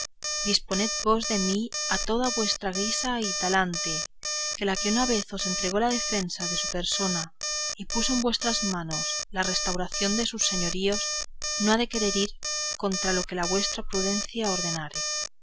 disponed vos de mí a toda vuestra guisa y talante que la que una vez os entregó la defensa de su persona y puso en vuestras manos la restauración de sus señoríos no ha de querer ir contra lo que la vuestra prudencia ordenare